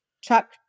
Chuck